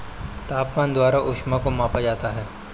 तापमान द्वारा ऊष्मा को मापा जाता है